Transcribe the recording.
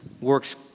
works